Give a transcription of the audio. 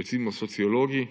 recimo sociologi,